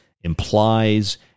implies